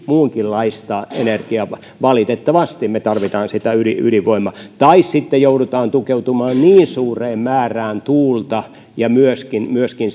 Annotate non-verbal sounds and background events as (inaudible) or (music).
muunkinlaista energiaa valitettavasti me tarvitsemme sitä ydinvoimaa tai sitten joudutaan tukeutumaan niin suureen määrään tuulta ja myöskin myöskin (unintelligible)